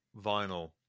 vinyl